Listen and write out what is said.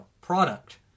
product